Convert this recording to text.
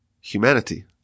humanity